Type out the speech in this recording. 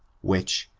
which,